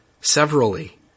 severally